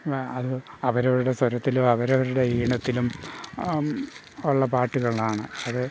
അത് അവരവരുടെ സ്വരത്തിലും അവരവരുടെ ഈണത്തിലും ഉള്ള പാട്ടുകളാണ് അത്